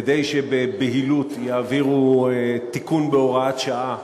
כדי שבבהילות יעבירו תיקון, בהוראת שעה,